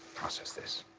process this.